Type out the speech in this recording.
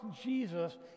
Jesus